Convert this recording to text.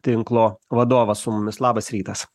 tinklo vadovas su mumis labas rytas